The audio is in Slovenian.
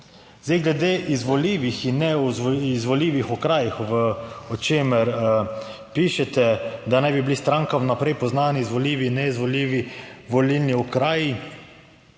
Zdaj, glede izvoljivih in ne izvoljivih okrajih, o čemer pišete, da naj bi bili stranka vnaprej poznani izvoljivi inneizvoljivi volilni okraji,